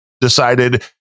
decided